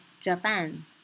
Japan